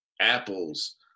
apples